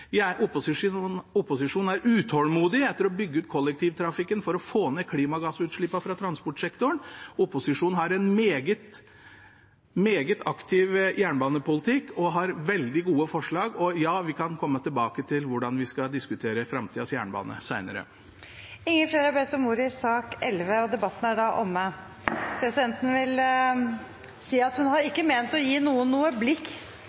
Jeg vil bare tilbakevise det samferdselsministeren sa om at opposisjonen ønsker pause. Opposisjonen er utålmodig, opposisjonen ønsker et bedre jernbanetilbud, opposisjonen ønsker å bygge mer jernbane, opposisjonen har høyere bevilgninger til jernbaneformål i sine alternative statsbudsjetter, opposisjonen er utålmodig etter å bygge ut kollektivtrafikken for å få ned klimagassutslippene fra transportsektoren, opposisjonen har en meget aktiv jernbanepolitikk og har veldig gode forslag. Og ja, vi kan komme tilbake til hvordan vi skal diskutere framtidas jernbane